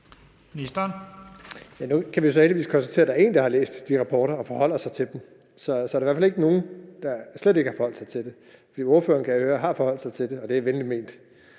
Nu kan vi så heldigvis konstatere, at der er én, der har læst de rapporter og forholder sig til dem. Så der er i hvert fald ikke nogen, der slet ikke har forholdt sig til dem, for ordføreren, kan jeg høre, har forholdt sig til dem; og det er venligt ment.